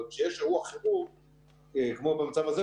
אבל כשיש אירוע חירום כמו במצב הזה,